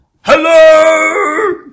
Hello